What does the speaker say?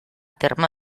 terme